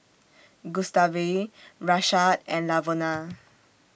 Gustave Rashaad and Lavona